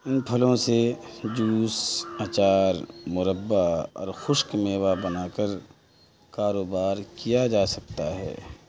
ان پھلوں سے جوس اچار مربہ اور خشک میوا بنا کر کاروبار کیا جا سکتا ہے